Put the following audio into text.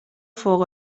فوق